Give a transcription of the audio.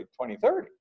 2030